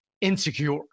insecure